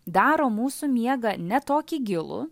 daro mūsų miegą ne tokį gilų